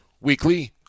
Weekly